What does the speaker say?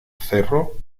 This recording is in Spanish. cerro